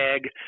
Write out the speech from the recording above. tag